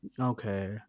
Okay